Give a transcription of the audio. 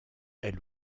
elle